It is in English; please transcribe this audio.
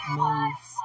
moves